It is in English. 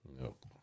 Nope